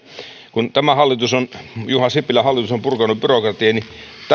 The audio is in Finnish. kun tämä juha sipilän hallitus on purkanut byrokratiaa niin